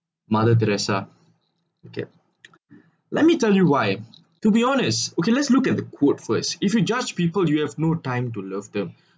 mother teresa okay let me tell you why to be honest okay let's look at the quote first if you judge people you have no time to love them